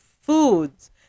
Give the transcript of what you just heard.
foods